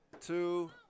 two